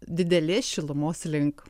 didelės šilumos link